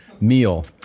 meal